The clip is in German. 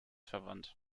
verwandt